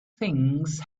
things